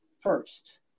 first